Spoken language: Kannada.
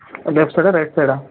ಲೆಫ್ಟ್ ಸೈಡಾ ರೈಟ್ ಸೈಡಾ